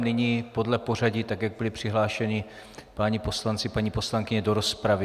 Nyní podle pořadí, tak jak byli přihlášeni páni poslanci a paní poslankyně do rozpravy.